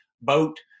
boat